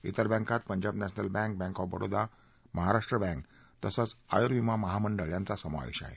इतर बँकात पंजाब नद्यांपेल bank bank of Baroda Maharashtra bank तसंच आयुर्विमा महामंडळ यांचा समावेश आहे